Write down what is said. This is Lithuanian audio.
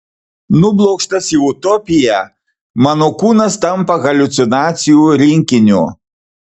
nublokštas į utopiją mano kūnas tampa haliucinacijų rinkiniu